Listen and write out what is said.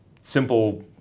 simple